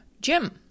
gym